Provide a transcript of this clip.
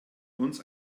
uns